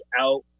out